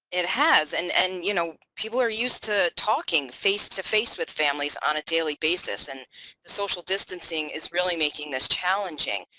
it has and and you know people are used to talking face to face with families on a daily basis and the social distancing is really making this challenging.